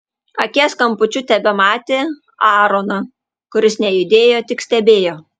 akies kampučiu tebematė aaroną kuris nejudėjo tik stebėjo